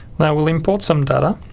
now we'll import some data